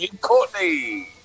Courtney